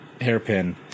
hairpin